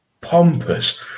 pompous